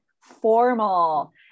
formal